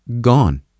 Gone